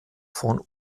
von